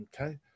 okay